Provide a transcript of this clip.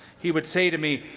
he would say to me,